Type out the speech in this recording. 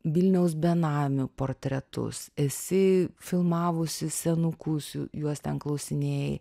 vilniaus benamių portretus esi filmavusi senukus jų juos ten klausinėjai